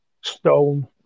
stone